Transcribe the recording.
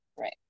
right